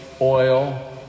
oil